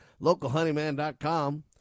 localhoneyman.com